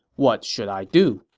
what should i do?